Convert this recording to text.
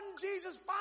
Jesus